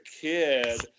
kid